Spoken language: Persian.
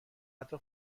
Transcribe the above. حتی